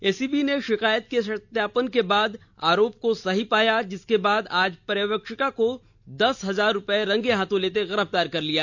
ACB ने शिकायत के सत्यापन के बाद आरोप को सही पाया जिसके बाद आज पर्यवेक्षिका को दस हजार रुपये घूस लेते रंगे हाथ गिरफ़तार कर लिया